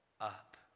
up